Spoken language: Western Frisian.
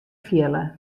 fiele